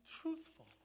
truthful